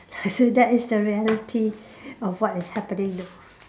so that is the reality of what is happening now